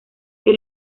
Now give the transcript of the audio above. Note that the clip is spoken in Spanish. que